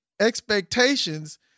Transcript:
expectations